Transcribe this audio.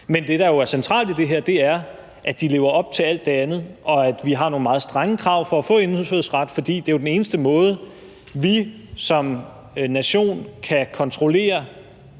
Men det, der jo er centralt i det her, er, at de lever op til alt det andet, og at vi har nogle meget strenge krav for at få indfødsret, fordi det jo er den eneste måde, vi som nation kan kontrollere